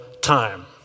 time